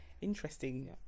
Interesting